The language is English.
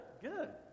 good